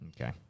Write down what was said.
Okay